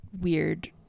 weird